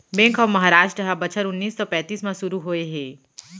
bank of Maharashtra ह बछर उन्नीस सौ पैतीस म सुरू होए हे